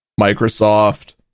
Microsoft